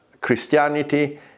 Christianity